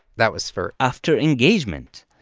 that was for. after engagement.